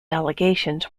allegations